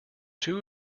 two